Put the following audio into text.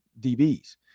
DBs